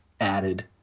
added